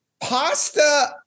Pasta